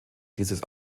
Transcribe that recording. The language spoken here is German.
dieses